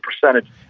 percentage